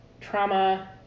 trauma